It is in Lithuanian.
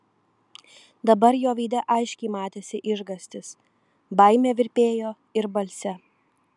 dabar jo veide aiškiai matėsi išgąstis baimė virpėjo ir balse